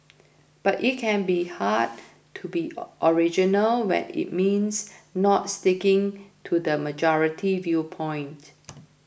but it can be hard to be original when it means not sticking to the majority viewpoint